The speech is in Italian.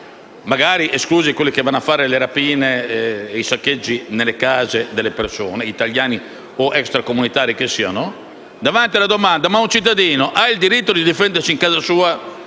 (magari esclusi quelli che vanno a fare le rapine e i saccheggi nella casa delle persone, italiani o extracomunitari che siano) alla domanda se un cittadino ha il diritto di difendersi nella